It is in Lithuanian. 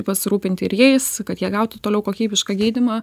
pasirūpinti ir jais kad jie gautų toliau kokybišką gydymą